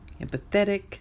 empathetic